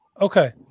Okay